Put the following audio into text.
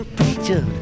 preacher